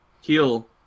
Heal